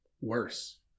worse